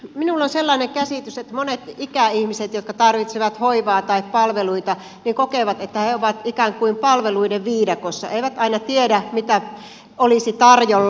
minulla on sellainen käsitys että monet ikäihmiset jotka tarvitsevat hoivaa tai palveluita kokevat että he ovat ikään kuin palveluiden viidakossa eivät aina tiedä mitä olisi tarjolla